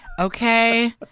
Okay